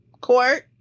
Court